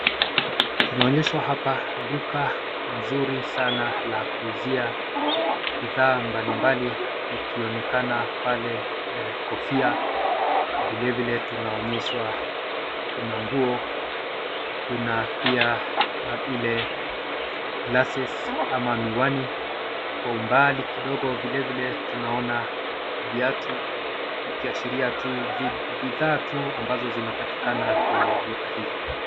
Tunaonyeshwa hapa duka nzuri sana la kuuzia bidhaa mbalimbali ikionekana pale kofia vile vile tunaonyeshwa kuna nguo kuna pia ile glasses ama miwani. Kwa umbali kidogo vilevile tunaona viatu, ikiashiria tu bidhaa tu ambayo inapatikana kwenye duka hili.